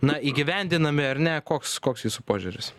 na įgyvendinami ar ne koks koks jūsų požiūris